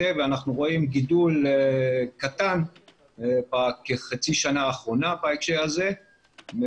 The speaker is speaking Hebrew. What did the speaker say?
ואנחנו רואים גידול קטן בחצי השנה האחרונה בהקשר הזה,